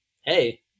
hey